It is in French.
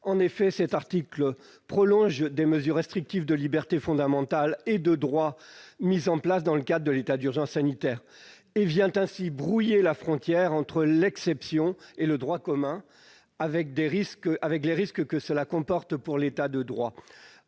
En effet, cet article prolonge des mesures restrictives des libertés fondamentales et des droits qui ont été mises en place dans le cadre de l'état d'urgence sanitaire ; il vient ainsi brouiller la frontière entre l'exception et le droit commun, avec tous les risques que cela comporte pour l'État de droit.